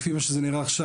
לפי מה שזה נראה עכשיו,